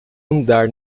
andar